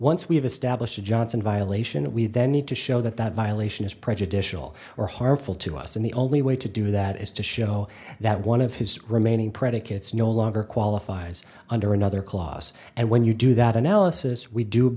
once we have established a johnson violation and we then need to show that that violation is prejudicial or harmful to us and the only way to do that is to show that one of his remaining predicates no longer qualifies under another clause and when you do that analysis we do